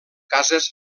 cases